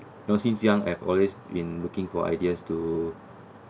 no since young I've always been looking for ideas to